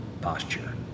posture